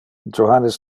johannes